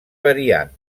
periant